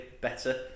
better